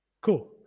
Cool